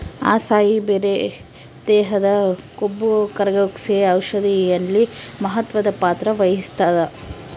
acai berry ದೇಹದ ಕೊಬ್ಬುಕರಗ್ಸೋ ಔಷಧಿಯಲ್ಲಿ ಮಹತ್ವದ ಪಾತ್ರ ವಹಿಸ್ತಾದ